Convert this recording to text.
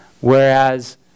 whereas